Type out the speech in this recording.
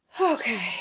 Okay